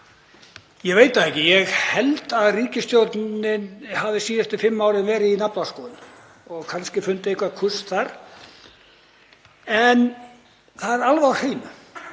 Ég veit það ekki. Ég held að ríkisstjórnin hafi síðustu fimm árin verið í naflaskoðun og kannski fundið eitthvert kusk þar. Það er alveg á hreinu